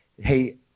hey